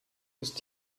ist